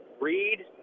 read